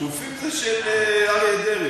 שקופים זה של אריה דרעי.